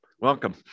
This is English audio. welcome